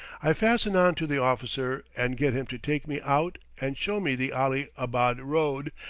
i fasten on to the officer and get him to take me out and show me the ali-abad road,